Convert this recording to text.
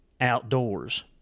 outdoors